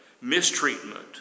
mistreatment